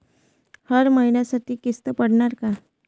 हर महिन्यासाठी किस्त पडनार का?